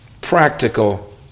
practical